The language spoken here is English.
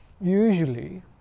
usually